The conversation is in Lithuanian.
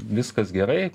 viskas gerai